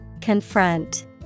Confront